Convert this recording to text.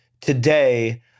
Today